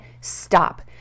stop